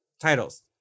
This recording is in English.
titles